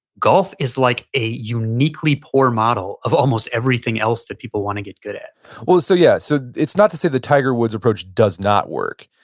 golf is like a uniquely poor model of almost everything else that people want to get good at well so yeah. so it's not to say the tiger woods approach does not work.